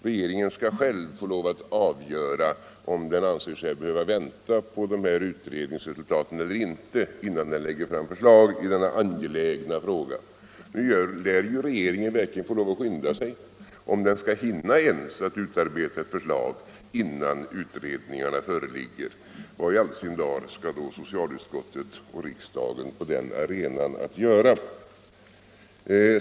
Regeringen skall själv få lov att avgöra om den anser sig behöva vänta på utredningsresultaten eller inte innan den lägger fram förslag i denna angelägna fråga. Nu lär regeringen verkligen få skynda sig, om den ens skall hinna utarbeta något förslag innan utredningarna föreligger. Vad i all sin dar skall då socialutskottet och riksdagen på den arenan att göra?